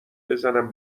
بزنم